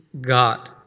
God